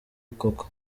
koko